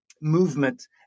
movement